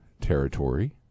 territory